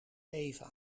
eva